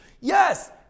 yes